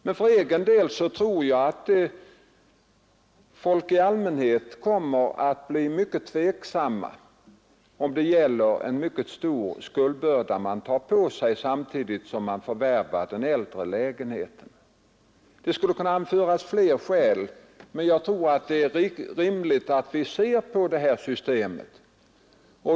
Men för egen del tror jag att människor i allmänhet kommer att bli mycket tveksamma om det gäller en stor skuldbörda som man tar på sig samtidigt som man förvärvar den äldre lägenheten. Det skulle kunna anföras fler skäl. Jag tror emellertid att det är rimligt att vi ser över det här systemet.